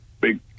big